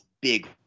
big